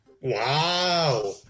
Wow